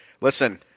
Listen